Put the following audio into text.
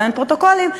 ואין פרוטוקולים,